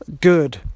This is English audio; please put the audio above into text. Good